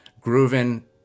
grooving